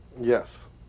Yes